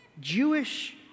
Jewish